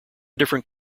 different